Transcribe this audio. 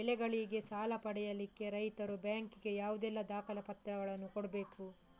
ಬೆಳೆಗಳಿಗೆ ಸಾಲ ಪಡಿಲಿಕ್ಕೆ ರೈತರು ಬ್ಯಾಂಕ್ ಗೆ ಯಾವುದೆಲ್ಲ ದಾಖಲೆಪತ್ರಗಳನ್ನು ಕೊಡ್ಬೇಕು?